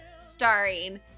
starring